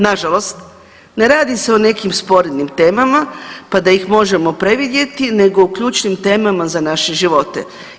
Nažalost ne radi se o nekim sporednim temama pa da ih možemo previdjeti nego u ključnim temama za naše živote.